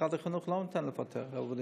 משרד החינוך לא נותן לוותר לעובדים.